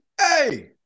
hey